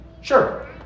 Sure